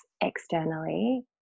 externally